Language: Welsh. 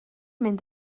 mynd